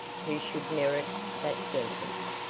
who should merit that sentence.